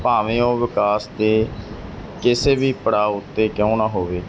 ਭਾਵੇਂ ਉਹ ਵਿਕਾਸ ਦੇ ਕਿਸੇ ਵੀ ਪੜਾਅ ਉੱਤੇ ਕਿਉਂ ਨਾ ਹੋਵੇ